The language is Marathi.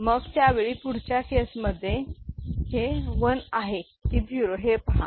मग त्यावेळी पुढच्या केस मध्ये हे 1 आहे की 0 हे पहा